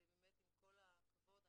ובאמת עם כל הכבוד,